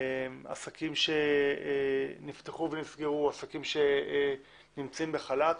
עסקים שנפתחו ונסגרו, עסקים שנמצאים בחל"ת.